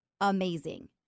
amazing